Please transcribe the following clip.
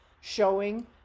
showing